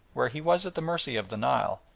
where he was at the mercy of the nile,